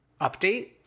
update